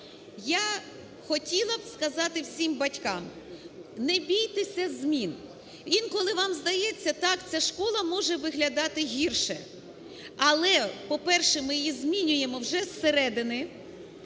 Я хотіла би сказати всім батькам: не бійтеся змін! Інколи вам здається, так, ця школа може виглядати гірше, але, по-перше, ми її змінюємо вже зсередини,